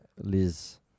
Liz